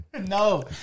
No